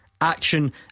action